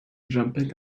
jumping